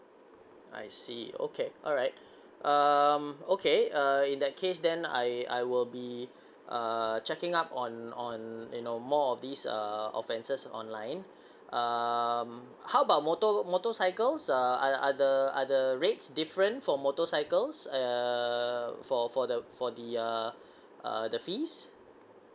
I see okay alright um okay uh in that case then I I will be uh checking up on on you know more of this err offenses online um how about motor motorcycles err are are the are the rates different for motorcycles err for for the for the uh uh the fees